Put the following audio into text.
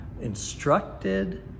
instructed